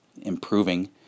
improving